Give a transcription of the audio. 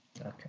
Okay